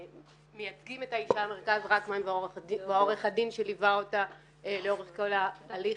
שמייצגים את האישה מרכז רקמן ועורך הדין שליווה אותה לאורך כל הליך,